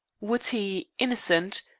would he, innocent,